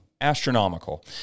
Astronomical